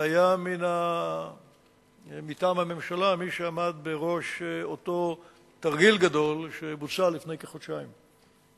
והיה מטעם הממשלה מי שעמד בראש אותו תרגיל גדול שבוצע לפני כחודשיים.